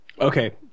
Okay